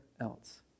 else